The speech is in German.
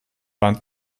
wand